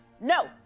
no